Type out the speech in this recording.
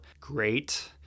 great